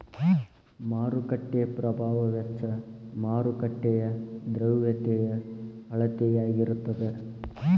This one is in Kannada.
ಮಾರುಕಟ್ಟೆ ಪ್ರಭಾವ ವೆಚ್ಚ ಮಾರುಕಟ್ಟೆಯ ದ್ರವ್ಯತೆಯ ಅಳತೆಯಾಗಿರತದ